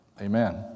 Amen